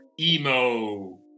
emo